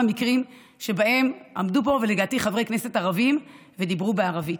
מקרים שבהם עמדו פה חברי כנסת ערבים ודיברו בערבית.